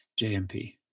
JMP